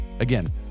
Again